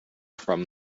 from